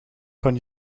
kan